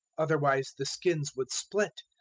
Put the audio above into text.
otherwise, the skins would split,